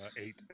Eight